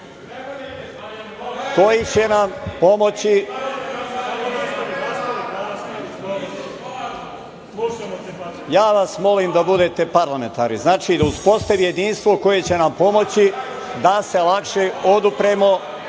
da se odupremo. Ja vas molim da budete parlamentarni. Znači, da se uspostavi jedinstvo koje će nam pomoći da se lakše odupremo